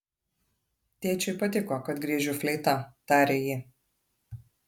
tėčiui patiko kad griežiu fleita tarė ji